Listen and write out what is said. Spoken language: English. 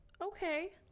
Okay